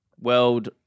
world